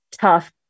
tough